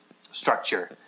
structure